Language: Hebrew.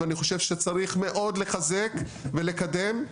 ואני חושב שצריך מאוד לחזק ולקדם.